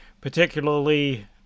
particularly